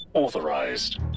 Authorized